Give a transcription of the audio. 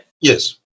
Yes